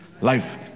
life